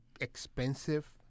expensive